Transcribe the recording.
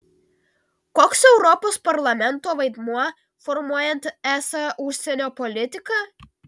koks europos parlamento vaidmuo formuojant es užsienio politiką